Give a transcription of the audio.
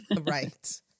Right